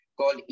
called